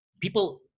people